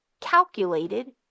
calculated